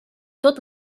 tot